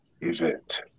event